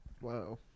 wow